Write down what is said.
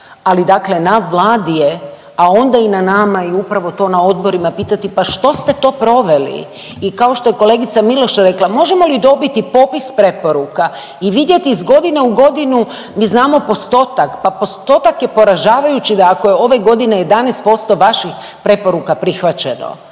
ali dakle na Vladi je, a onda i na nama i upravo to na odborima pitati pa što ste to proveli. I kao što je kolegica Miloš rekla, možemo li dobiti popis preporuka i vidjeti iz godine u godinu, mi znamo postotak pa postotak je poražavajući da ako je ove godine 11% vaših preporuka prihvaćeno.